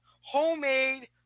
homemade